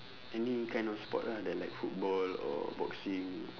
any kind of sport lah that like football or boxing or